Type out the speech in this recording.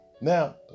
Now